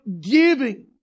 giving